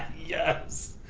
yes.